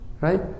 right